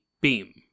beam